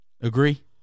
Agree